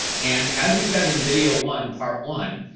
and as we said in video one, part one,